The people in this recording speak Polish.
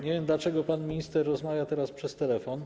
Nie wiem, dlaczego pan minister rozmawia teraz przez telefon.